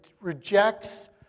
rejects